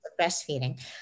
breastfeeding